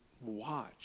watch